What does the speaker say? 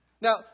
Now